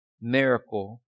miracle